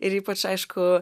ir ypač aišku